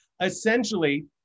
Essentially